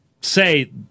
say